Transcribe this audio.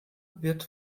wird